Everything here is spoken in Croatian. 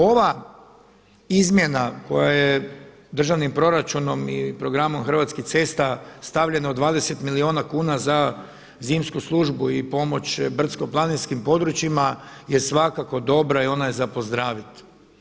Ova izmjena koja je državnim proračunom i programom Hrvatskih cesta stavljeno 20 milijuna kuna za zimsku službu i pomoć brdsko-planinskim područjima je svakako dobra i ona je za pozdraviti.